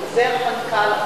חוזר המנכ"ל,